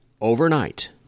overnight